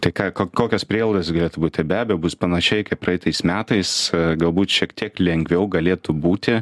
tai ką ko kokios prielaidos galėtų būti be abejo bus panašiai kaip praeitais metais galbūt šiek tiek lengviau galėtų būti